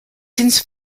since